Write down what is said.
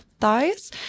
thighs